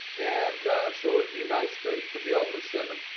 and so it would be nice to to be able to send them.